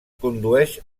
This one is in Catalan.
condueix